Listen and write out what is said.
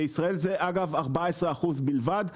ישראל אגב זה 14% בלבד,